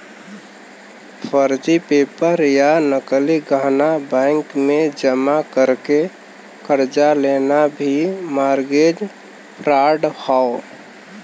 फर्जी पेपर या नकली गहना बैंक में जमा करके कर्जा लेना भी मारगेज फ्राड हौ